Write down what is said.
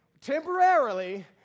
temporarily